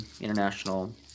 International